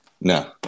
No